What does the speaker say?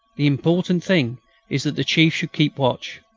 the important thing is that the chief should keep watch.